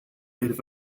native